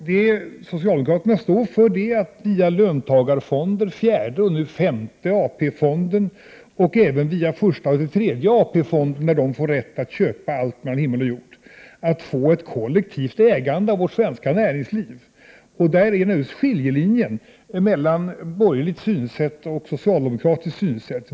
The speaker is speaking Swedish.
Det socialdemokraterna står för är att via löntagarfonder, fjärde och femte AP-fonden och även via de första, andra och tredje AP-fonderna, när de fått rätt att köpa allt mellan himmel och jord, få till stånd ett kollektivt ägande av vårt svenska näringsliv. Där är skillnaden mellan borgerligt och socialdemokratiskt synsätt.